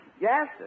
Yes